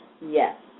Yes